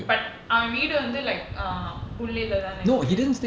but அவன்வீடுவந்து:avan veedu vandhu until like uh boon lay lah தானஇருக்கு:thana irukku